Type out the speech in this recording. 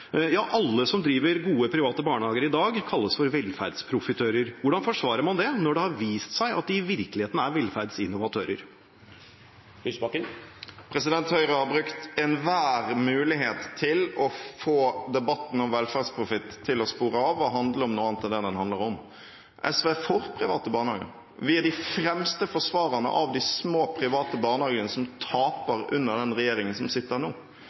Ja, alle som driver gode private barnehager i dag, kalles for velferdsprofitører. Hvordan forsvarer man det, når det har vist seg at de i virkeligheten er velferdsinnovatører? Høyre har brukt enhver mulighet til å få debatten om velferdsprofitt til å spore av og handle om noe annet enn det den handler om. SV er for private barnehager. Vi er de fremste forsvarerne av de små private barnehagene, som taper under den regjeringen som sitter nå.